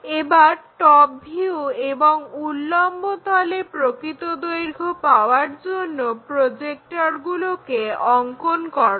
এবার top view এবং উল্লম্বতলে প্রকৃত দৈর্ঘ্য পাওয়ার জন্য প্রজেক্টরগুলোকে অঙ্কন করো